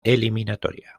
eliminatoria